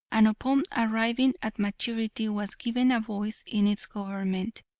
and upon arriving at maturity was given a voice in its government.